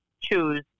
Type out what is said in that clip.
choose